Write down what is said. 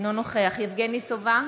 אינו נוכח יבגני סובה,